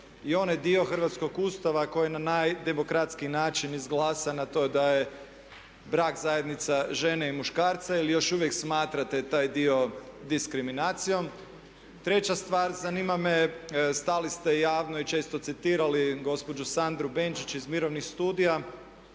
i onaj dio hrvatskog Ustava koji je na najdemokratskiji način izglasan a to je da je brak zajednica žene i muškarca ili još uvijek smatrate taj dio diskriminacijom? Treća stvar, zanima me, stali ste javno i često citirali gospođu Sandru Benčić iz mirovnih studija